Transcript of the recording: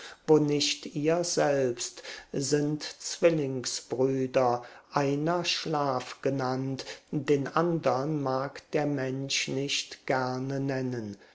wo nicht ihr selbst sind zwillingsbrüder einer schlaf genannt den andern mag der mensch nicht gerne nennen